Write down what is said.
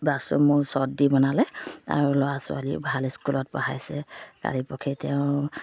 বাথৰুমো চৰ্ট দি বনালে আৰু ল'ৰা ছোৱালী ভাল স্কুলত পঢ়াইছে কালি পৰহি তেওঁ